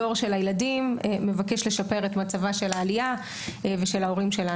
הדור של הילדים מבקש לשפר את מצב העלייה ושל הורינו.